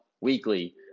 weekly